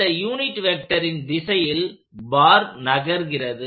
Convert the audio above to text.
இந்த யூனிட் வெக்டரின் திசையில் பார் நகர்கிறது